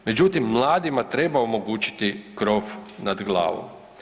Međutim, mladima treba omogućiti krov nad glavom.